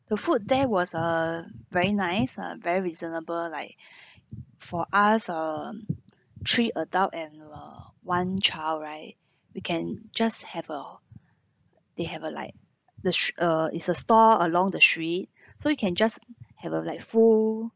the food there was err very nice uh very reasonable like for us um three adult and a one child right we can just have a they have a like this uh is a store along the street so you can just have a like full